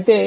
అయితే